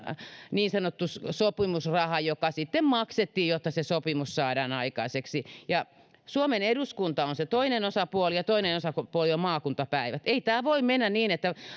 niin sanottu sopimusraha joka sitten maksettiin jotta se sopimus saadaan aikaiseksi suomen eduskunta on se toinen osapuoli ja toinen osapuoli on maakuntapäivät ei tämä voi mennä niin että